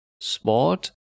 sport